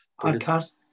podcast